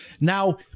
now